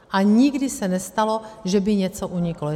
A nikdy se nestalo, že by něco uniklo.